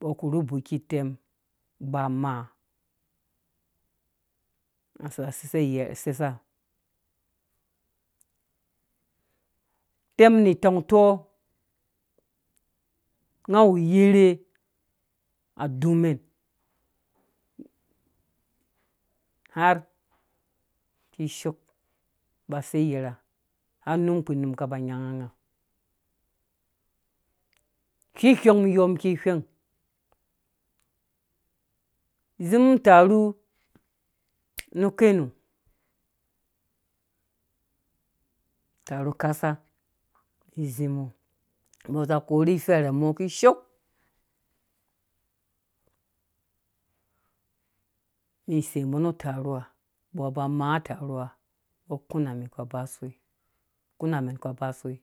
Mbɔ korhu buki utɛm ba maa nga so seisa iye seisa ute mum ni tɛng utoo nga awu uyɛrɛ adumɛn har kishoo ba sei iyɛrɛ ha har num kpi num kaba nyang nga whiwhɛ̃ng mum niyɔ miki whɛng zĩm utarhu nu kenu tarhu kasa mi zĩm mbɔ za korhi ifɛrhɛ mɔ kishoo mɛn sei mɔ na tarhu ha mbɔ ba maa tarhu mbɔ kũn men kũ aba soi kũna mɛn kũ ba soi